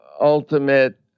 ultimate